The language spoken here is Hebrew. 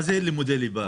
מה זה לימודי ליבה?